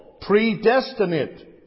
Predestinate